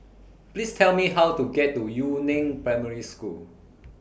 Please Tell Me How to get to Yu Neng Primary School